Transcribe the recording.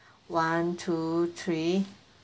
okay one two three